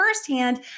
firsthand